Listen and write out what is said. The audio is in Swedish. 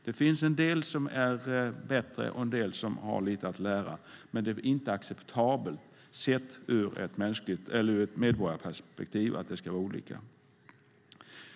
Det finns en del som är bättre och en del som har lite att lära, men det är inte acceptabelt sett ur ett medborgarperspektiv att det är olika tillämpning.